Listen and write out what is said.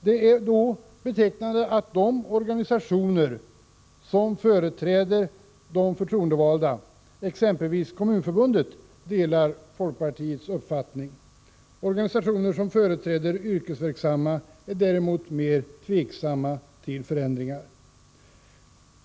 Det är betecknande att de organisationer som företräder de förtroendevalda, exempelvis Kommunförbundet, delar folkpartiets uppfattning. Organisationer som företräder yrkesverksamma är däremot mer tveksamma till förändringar.